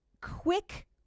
quick